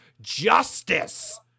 justice